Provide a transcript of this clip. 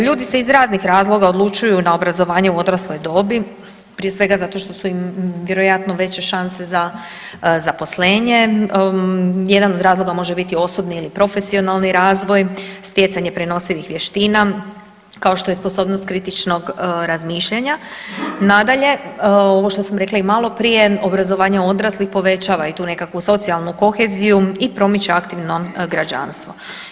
Ljudi se iz razlih razloga odlučuju na obrazovanje u odrasloj dobi, prije svega zato što su im vjerojatno veće šanse za zaposlenje, jedan od razloga može biti osobni ili profesionalni razvoj, stjecanje prenosivih vještina kao što je sposobnost kritičnog razmišljanja, nadalje ovo što sam rekla i maloprije obrazovanje odraslih povećava i tu nekakvu socijalnu koheziju i promiče aktivno građanstvo.